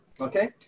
Okay